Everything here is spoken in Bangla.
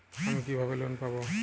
আমি কিভাবে লোন পাব?